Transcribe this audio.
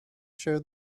show